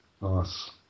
Nice